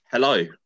Hello